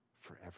forever